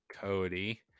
Cody